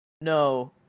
no